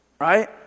Right